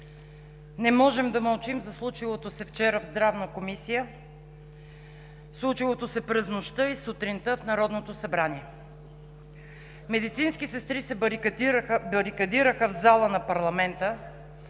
Не можем да мълчим за случилото се вчера в Здравната комисия, случилото се през нощта и сутринта в Народното събрание. Медицински сестри се барикадираха в зала на парламента,